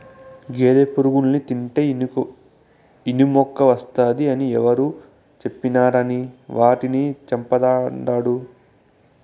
గేదె పురుగుల్ని తింటే ఇనుమెక్కువస్తాది అని ఎవరు చెప్పినారని వాటిని చంపతండాడు